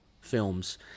films